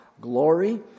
glory